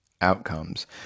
outcomes